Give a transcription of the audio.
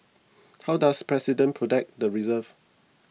how does president protect the reserves